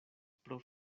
pro